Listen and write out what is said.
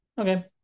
Okay